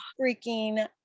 freaking